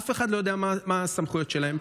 אף אחד לא יודע מה הסמכויות שלהם,